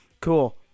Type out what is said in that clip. Cool